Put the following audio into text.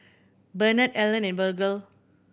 Benard Allen and Virgle